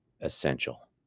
essential